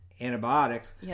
antibiotics